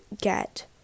get